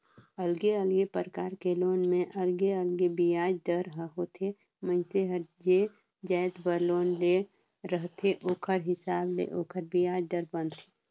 अलगे अलगे परकार के लोन में अलगे अलगे बियाज दर ह होथे, मइनसे हर जे जाएत बर लोन ले रहथे ओखर हिसाब ले ओखर बियाज दर बनथे